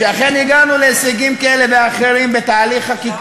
חמש קבוצות שמחלקות ביניהן את העסק יכולות לשלוט כל אחת בשוק הזה,